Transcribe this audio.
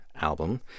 album